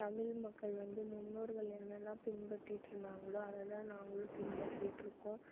தமிழ் மக்கள் வந்து முன்னோர்கள் என்னெலாம் பின்பற்றிட்டிருந்தாங்களோ அதை தான் நாங்களும் பின்பற்றிட்டிருக்கோம்